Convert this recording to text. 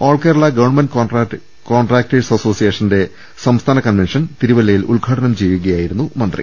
all Kerala government contractors അസോസിയേഷന്റെ സംസ്ഥാന convention തിരു വല്ലയിൽ ഉദ്ഘാടനം ചെയ്യുകയായിരുന്നു മന്ത്രി